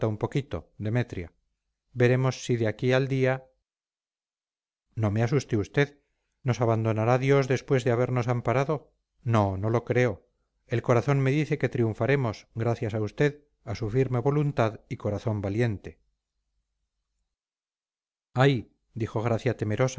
un poquito demetria veremos si de aquí al día no me asuste usted nos abandonará dios después de habernos amparado no no lo creo el corazón me dice que triunfaremos gracias a usted a su firme voluntad y corazón valiente ay dijo gracia temerosa